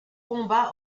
combats